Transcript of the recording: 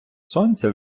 сонця